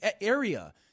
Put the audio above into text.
area